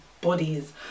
bodies